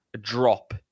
drop